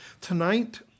tonight